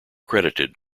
credited